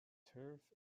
turf